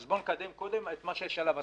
אז בואו נקדם קודם את מה שיש עליו הסכמה.